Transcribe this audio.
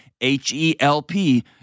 H-E-L-P